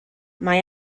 mae